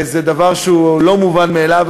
זה דבר שהוא לא מובן מאליו.